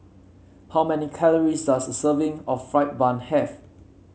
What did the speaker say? how many calories does a serving of fried bun have